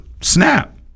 snap